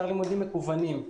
אתר לימודים מקוונים.